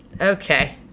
okay